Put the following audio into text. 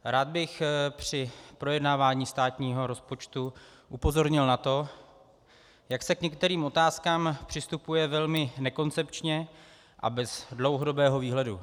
Rád bych při projednávání státního rozpočtu upozornil na to, jak se k některým otázkám přistupuje velmi nekoncepčně a bez dlouhodobého výhledu.